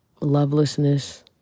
lovelessness